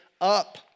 up